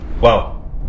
Wow